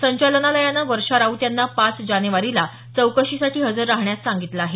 संचालनालयानं वर्षा राऊत यांना पाच जानेवारीला चौकशीसाठी हजर राहण्यास सांगितलं आहे